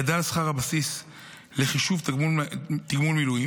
גדל שכר הבסיס לחישוב תגמול מילואים,